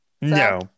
No